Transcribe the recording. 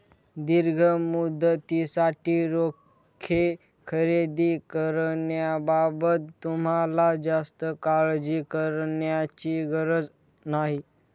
दीर्घ मुदतीसाठी रोखे खरेदी करण्याबाबत तुम्हाला जास्त काळजी करण्याची गरज नाही